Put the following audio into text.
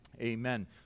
Amen